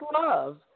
love